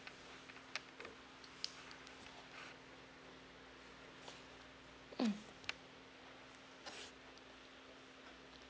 mm